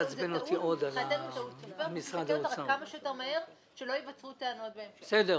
טעות סופר ואנחנו רוצים לעשות את זה כדי שלא ייווצרו טענות בהמשך.